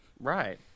Right